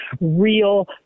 real